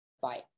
fight